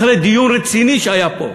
אחרי דיון רציני שהיה פה,